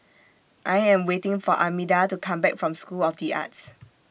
I Am waiting For Armida to Come Back from School of The Arts